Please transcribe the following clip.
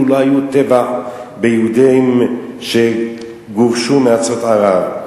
לא היה טבח ביהודים שגורשו מארצות ערב.